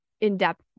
in-depth